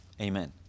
Amen